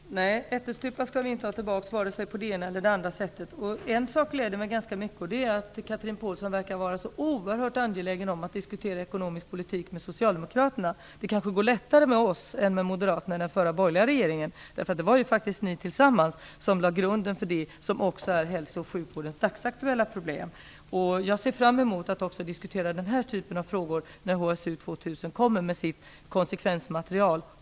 Fru talman! Nej, ättestupan skall vi inte ha tillbaka vare sig på det ena eller på det andra sättet. En sak gläder mig ganska mycket. Det är att Chatrine Pålsson verkar vara så oerhört angelägen om att diskutera ekonomisk politik med Socialdemokraterna. Det kanske går lättare med oss än vad det gjorde med Moderaterna i den förra, borgerliga regeringen. Det var ju faktiskt ni tillsammans som lade grunden till det som är hälso och sjukvårdens dagsaktuella problem. Jag ser fram emot att också diskutera den här typen av frågor när HSU 2 000 kommer med sitt konsekvensmaterial.